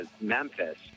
Memphis